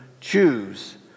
choose